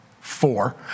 four